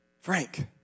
Frank